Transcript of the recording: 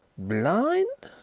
blind!